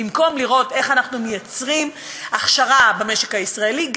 במקום לראות איך אנחנו מייצרים הכשרה במשק הישראלי,